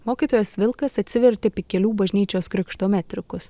mokytojas vilkas atsivertė pikelių bažnyčios krikšto metrikus